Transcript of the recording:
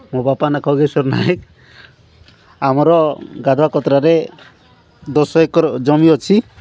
ମୋ ବାପା ନା ଖଗେଶ୍ୱର ନାୟକ ଆମର ଗାଧୁଆକତ୍ରାରେ ଦଶ ଏକର ଜମି ଅଛି